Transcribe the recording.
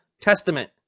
Testament